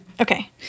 okay